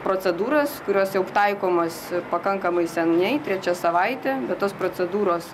procedūras kurios jau taikomos pakankamai seniai trečia savaitė bet tos procedūros